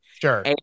sure